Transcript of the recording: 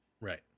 Right